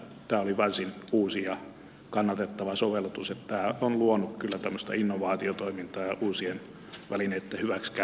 tämä oli varsin uusi ja kannatettava sovellutus niin että tämä on luonut kyllä tämmöistä innovaatiotoimintaa ja uusien välineitten hyväksikäyttöä myöskin